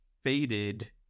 faded